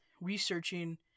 researching